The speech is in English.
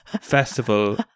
festival